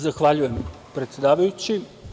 Zahvaljujem, predsedavajući.